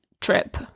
trip